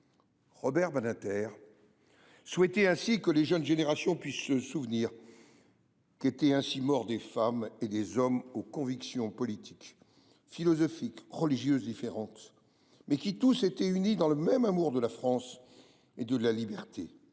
Robert Badinter souhaitait ce faisant que les jeunes générations puissent se souvenir qu’étaient ainsi morts des femmes et des hommes aux « convictions politiques, philosophiques, religieuses différentes, mais qui, tous, étaient unis dans le même amour de la France et de la liberté